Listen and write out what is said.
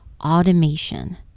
automation